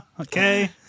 okay